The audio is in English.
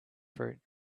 fruit